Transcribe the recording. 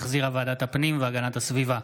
שהחזירה ועדת הפנים והגנת הסביבה.